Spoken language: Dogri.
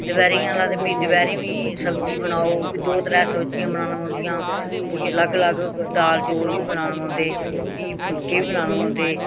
दपैह्रीं आह्ला ते फ्ही दपैह्रीं बी सब्ज़ी बनाओ फ्ही दो त्रै सब्ज़ियां बनानी पौंदियां फ्ही अलग अलग दाल चौल बी बनाने पौंदे फ्ही फुलके बी बनाने पौंदे